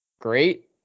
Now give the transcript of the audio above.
great